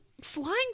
flying